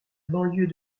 banlieue